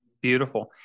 Beautiful